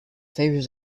favors